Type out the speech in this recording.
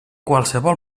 qualsevol